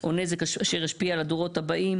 או נזק אשר ישפיע על הדורות הבאים".